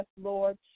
Lord